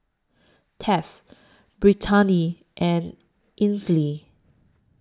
Tess Brittani and Ainsley